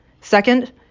Second